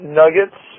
nuggets